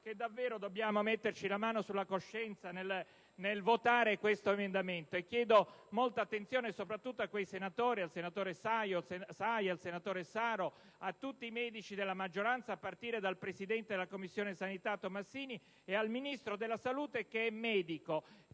Davvero dobbiamo metterci la mano sulla coscienza nel votare questo emendamento. Chiedo molta attenzione soprattutto a quei senatori, come il senatore Saia e il senatore Saro e a tutti i medici della maggioranza, a partire dal presidente della Commissione igiene e sanità, senatore Tomassini, e al Ministro della salute, che è medico.